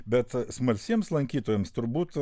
bet smalsiems lankytojams turbūt